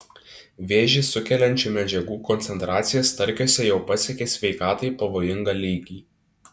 vėžį sukeliančių medžiagų koncentracija starkiuose jau pasiekė sveikatai pavojingą lygį